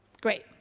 Great